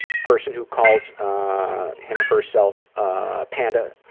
person who calls him herself ah panda.